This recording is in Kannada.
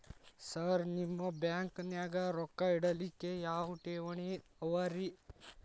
ಸರ್ ನಿಮ್ಮ ಬ್ಯಾಂಕನಾಗ ರೊಕ್ಕ ಇಡಲಿಕ್ಕೆ ಯಾವ್ ಯಾವ್ ಠೇವಣಿ ಅವ ರಿ?